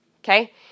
Okay